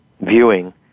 viewing